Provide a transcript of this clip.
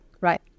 Right